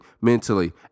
mentally